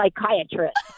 psychiatrist